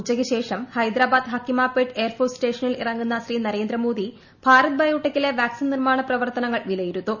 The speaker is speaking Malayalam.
ഉച്ചയ്ക്ക് ശേഷം ഹൈദ്രാബാദ് ഹക്കിമാപേട്ട് എയർഫോഴ്സ് സ്റ്റേഷനിൽ ഇറങ്ങുന്ന ശ്രീ നരേന്ദ്രമോദി ഭാരത് ബയോടെക്കിലെ വാക്സിൻ നിർമാണ പ്രവർത്തനങ്ങൾ വിലയിരുത്തും